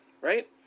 right